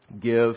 give